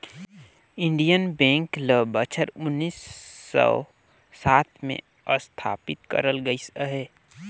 Indian bank ल बछर उन्नीस सव सात में असथापित करल गइस अहे